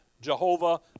Jehovah